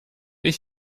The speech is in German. ich